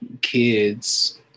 kids